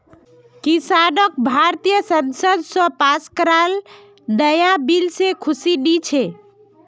किसानक भारतीय संसद स पास कराल नाया बिल से खुशी नी छे